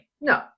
No